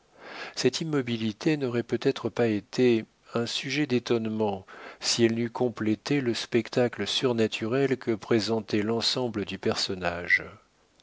cette immobilité n'aurait peut-être pas été un sujet d'étonnement si elle n'eût complété le spectacle surnaturel que présentait l'ensemble du personnage